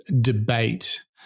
debate